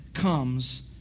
comes